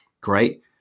Great